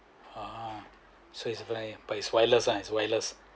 !wah! so is fine but is wireless ah is wireless